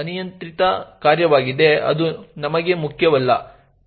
ಅನಿಯಂತ್ರಿತ ಕಾರ್ಯವಾಗಿದೆ ಅದು ನಮಗೆ ಮುಖ್ಯವಲ್ಲ